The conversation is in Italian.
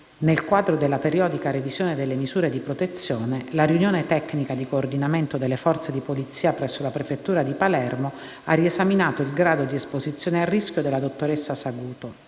nel quadro della periodica revisione delle misure di protezione, la riunione tecnica di coordinamento delle forze di polizia presso la prefettura di Palermo ha riesaminato il grado di esposizione a rischio della dottoressa Saguto